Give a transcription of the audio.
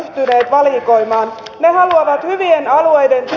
ne haluavat hyvien alueiden työikäisiä